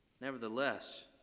Nevertheless